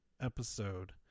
episode